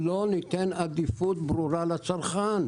שלא ניתן עדיפות ברורה לצרכן.